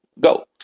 go